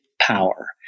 power